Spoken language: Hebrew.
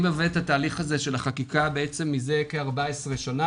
מלווה את התהליך של החקיקה מזה כ-14 שנה.